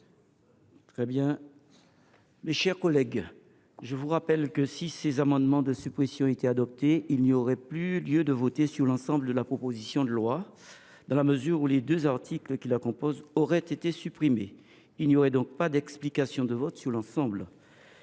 Assemblée. Mes chers collègues, je vous rappelle que, si ces amendements de suppression étaient adoptés, il n’y aurait plus lieu de voter sur l’ensemble de la proposition de loi, dans la mesure où les deux articles qui la composent auraient été supprimés. Aucune explication de vote sur l’ensemble